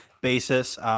basis